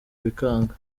bikanga